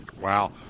Wow